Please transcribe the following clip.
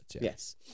yes